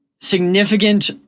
significant